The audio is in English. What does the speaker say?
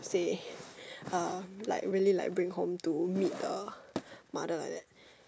say uh like really like bring home to meet the mother like that